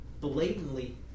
blatantly